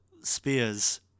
Spears